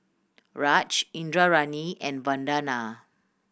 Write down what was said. Raj Indranee and Vandana